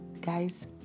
guys